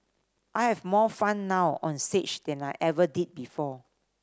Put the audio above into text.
I have more fun now onstage than I ever did before